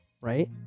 right